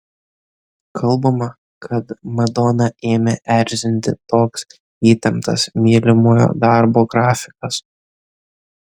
kalbama kad madoną ėmė erzinti toks įtemptas mylimojo darbo grafikas